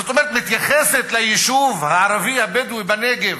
זאת אומרת, מתייחסת ליישוב הערבי הבדואי בנגב,